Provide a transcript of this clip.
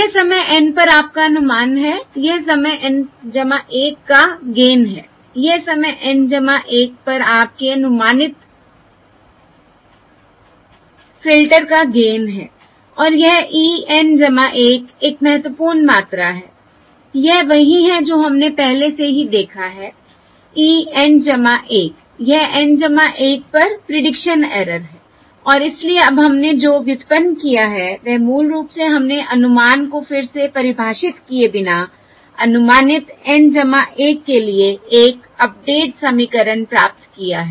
यह समय N पर आपका अनुमान है यह समय N 1 का गेन है यह समय N 1 पर आपके अनुमानित फ़िल्टर का गेन है और यह e N 1 एक महत्वपूर्ण मात्रा है यह वही है जो हमने पहले से ही देखा है e N 1 यह N 1 पर प्रीडिक्शन एरर है और इसलिए अब हमने जो व्युत्पन्न किया है वह मूल रूप से हमने अनुमान को फिर से परिभाषित किए बिना अनुमानित N 1 के लिए एक अपडेट समीकरण प्राप्त किया है